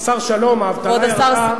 השר שלום, האבטלה ירדה,